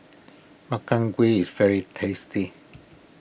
Makchang Gui is very tasty